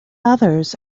others